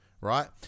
Right